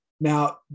now